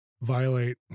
violate